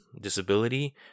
disability